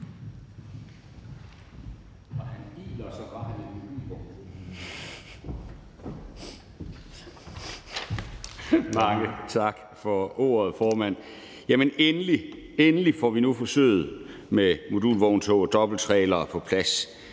Mange tak for ordet, formand. Endelig – endelig – får vi nu forsøget med modulvogntog og dobbelttrailere på plads.